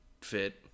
fit